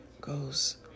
goes